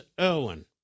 Irwin